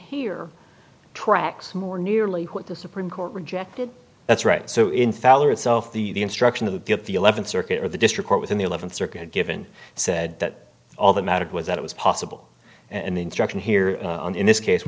here tracks more nearly what the supreme court rejected that's right so in fowler itself the instruction of the get the eleventh circuit or the district court within the eleventh circuit given said that all that mattered was that it was possible and the instruction here on in this case